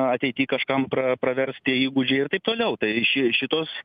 ateity kažkam pra pravers tie įgūdžiai ir taip toliau tai ši šitos